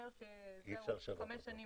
מעבר כי מדובר בנושא רגיש ורצו שזה יהיה דיון